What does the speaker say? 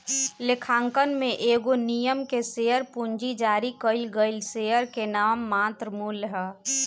लेखांकन में एगो निगम के शेयर पूंजी जारी कईल गईल शेयर के नाममात्र मूल्य ह